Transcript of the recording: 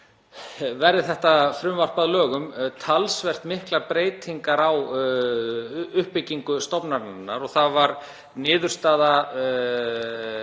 verði þetta frumvarp að lögum, talsvert miklar breytingar á uppbyggingu stofnunarinnar. Það var niðurstaða